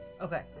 Okay